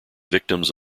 victims